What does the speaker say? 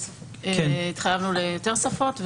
התחייבנו ליותר שפות,